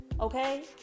okay